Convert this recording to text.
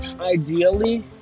ideally